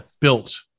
built